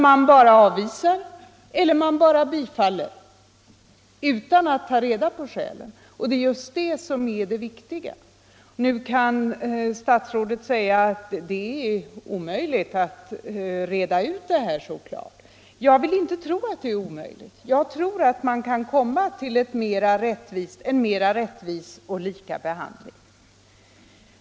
Man bara avvisar eller bara bifaller utan att ta reda på skälen. Nu kan statsrådet säga att det är omöjligt att reda ut detta så klart. Jag vill inte tro att det är omöjligt, jag tror att man kan komma till en mera rättvis och lika behandling.